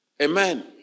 Amen